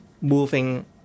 moving